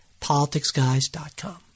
politicsguys.com